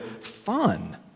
fun